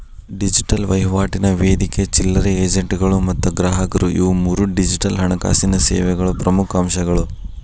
digital ವಹಿವಾಟಿನ ವೇದಿಕೆ ಚಿಲ್ಲರೆ ಏಜೆಂಟ್ಗಳು ಮತ್ತ ಗ್ರಾಹಕರು ಇವು ಮೂರೂ ಡಿಜಿಟಲ್ ಹಣಕಾಸಿನ್ ಸೇವೆಗಳ ಪ್ರಮುಖ್ ಅಂಶಗಳು